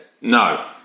No